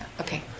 Okay